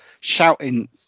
shouting